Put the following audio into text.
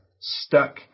Stuck